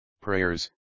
prayers